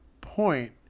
point